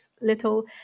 little